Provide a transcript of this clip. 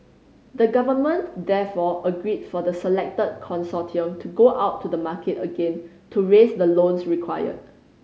the government therefore agreed for the selected consortium to go out to the market again to raise the loans required